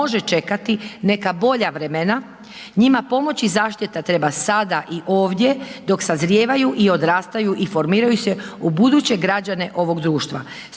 može čekati neka bolja vremena, njima pomoć i zaštita treba sada i ovdje dok sazrijevaju i odrastaju i formiraju u buduće građane ovog društva